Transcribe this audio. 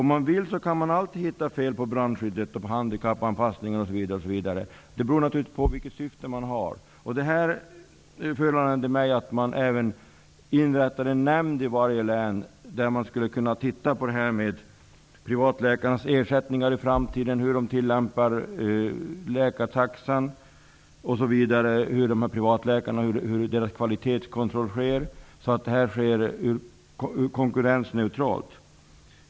Om man vill så kan man alltid hitta fel på brandskyddet, handikappanpassningen osv. Det beror naturligtvis på vilket syfte man har. Detta föranleder mig att föreslå att man skall inrätta en nämnd i varje län där man skulle kunna se över privatläkarnas ersättning i framtiden, hur de tillämpar läkartaxan och hur kvalitetskontrollen av privatläkarna sker så att systemet är konkurrensneutralt.